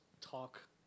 talk